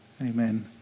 Amen